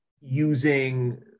using